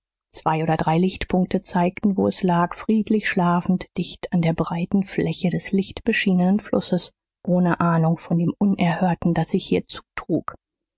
zwei oder drei lichtpunkte zeigten wo es lag friedlich schlafend dicht an der breiten fläche des lichtbeschienenen flusses ohne ahnung von dem unerhörten das sich hier zutrug